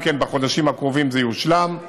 בחודשים הקרובים גם זה יושלם,